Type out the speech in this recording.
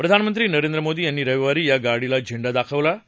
प्रधानमंत्री नरेंद्र मोदी यांनी रविवारी या गाडीला झेंडा दाखवला होता